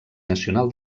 nacional